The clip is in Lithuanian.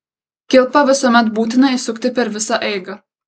kilpą visuomet būtina įsukti per visą eigą